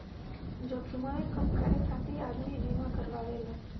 जोखिमवे कम करे खातिर आदमी बीमा करावेला